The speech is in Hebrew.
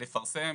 לפרסם,